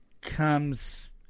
comes